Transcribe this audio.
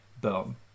Boom